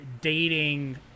dating